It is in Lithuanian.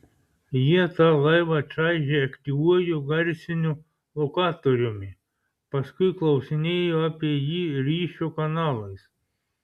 jie tą laivą čaižė aktyviuoju garsiniu lokatoriumi paskui klausinėjo apie jį ryšio kanalais